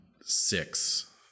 six